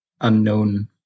unknown